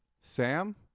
Sam